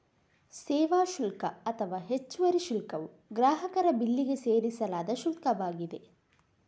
ಸೇವಾ ಶುಲ್ಕ ಅಥವಾ ಹೆಚ್ಚುವರಿ ಶುಲ್ಕವು ಗ್ರಾಹಕರ ಬಿಲ್ಲಿಗೆ ಸೇರಿಸಲಾದ ಶುಲ್ಕವಾಗಿದೆ